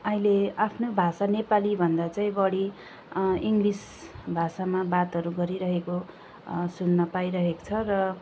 अहिले आफ्नै भाषा नेपालीभन्दा चाहिँ बढी इङ्लिस भाषामा बातहरू गरिरहेको सुन्न पाइरहेको छ र